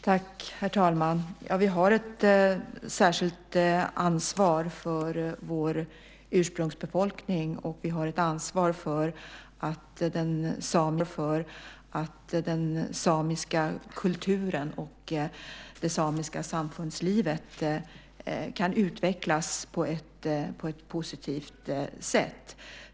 Herr talman! Vi har ett särskilt ansvar för vår ursprungsbefolkning, och vi har ett ansvar för att den samiska kulturen och det samiska samfundslivet kan utvecklas på ett positivt sätt.